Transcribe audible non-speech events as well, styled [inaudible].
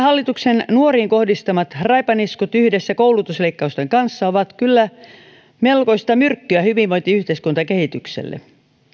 [unintelligible] hallituksen nuoriin kohdistamat raipaniskut yhdessä koulutusleikkausten kanssa ovat kyllä melkoista myrkkyä hyvinvointiyhteiskuntakehitykselle